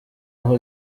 aho